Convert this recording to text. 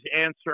answer